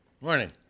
Morning